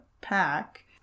pack